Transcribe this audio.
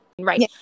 Right